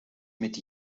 mit